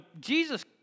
Jesus